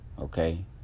okay